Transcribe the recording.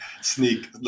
sneak